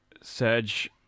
Serge